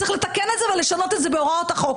צריך לתקן את זה ולשנות את זה בהוראות החוק.